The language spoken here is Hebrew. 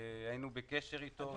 היינו בקשר איתו.